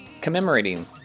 Commemorating